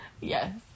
Yes